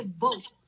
vote